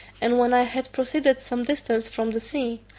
and when i had proceeded some distance from the sea,